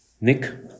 Nick